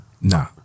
Nah